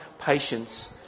patience